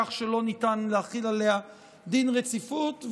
כך שלא ניתן להחיל עליה דין רציפות.